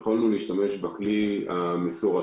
יכולנו להשתמש בכלי המסורתי